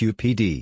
Qpd